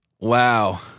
Wow